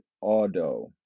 Auto